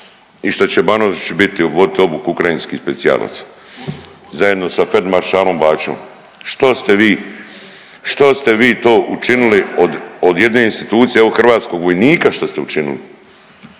i što će BAnožić biti voditi obuku ukrajinskih specijalaca zajedno sa feldmaršalom Baćom. Što ste vi to učinili od jedne institucije od hrvatskog vojnika što ste učinili